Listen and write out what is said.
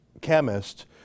chemist